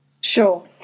Sure